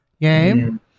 game